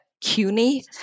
CUNY